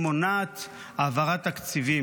מונעת העברת תקציבים.